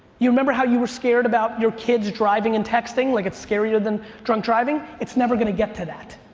you remember how you were scared about your kids driving and texting, like it's scarier than drunk driving? it's never gonna get to that.